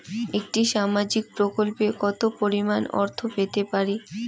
একটি সামাজিক প্রকল্পে কতো পরিমাণ অর্থ পেতে পারি?